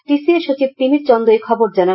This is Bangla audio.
টি সি এ সচিব তিমির চন্দ এ খবর জানান